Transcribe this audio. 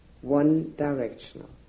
one-directional